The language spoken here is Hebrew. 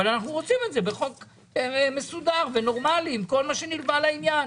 אבל אנחנו רוצים את זה בחוק מסודר ונורמלי עם כל מה שנלווה לעניין.